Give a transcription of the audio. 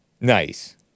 Nice